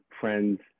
friends